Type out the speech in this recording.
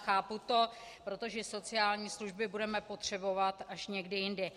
Chápu to, protože sociální služby budeme potřebovat až někdy jindy.